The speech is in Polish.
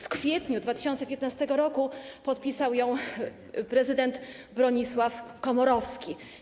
W kwietniu 2015 r. podpisał ją prezydent Bronisław Komorowski.